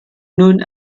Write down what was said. nun